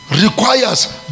Requires